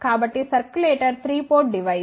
కాబట్టి circulator 3 port device